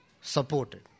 supported